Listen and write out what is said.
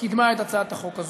קידמה את הצעת החוק הזאת.